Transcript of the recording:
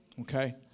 Okay